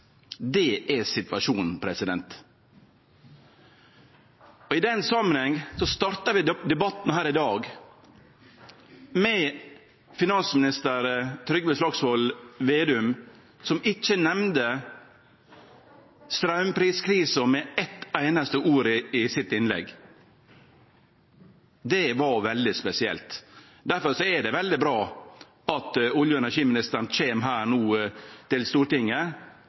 Det er situasjonen. I den samanhengen starta vi debatten her i dag med finansminister Trygve Slagsvold Vedum, som ikkje nemnde straumpriskrisa med eit einaste ord i innlegget sitt. Det var veldig spesielt. Difor er det veldig bra at olje- og energiministeren kom hit til Stortinget